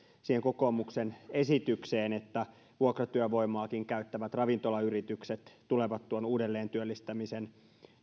siihen kokoomuksen esitykseen että vuokratyövoimaakin käyttävät ravintolayritykset tulevat tuon uudelleentyöllistämisen